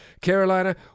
Carolina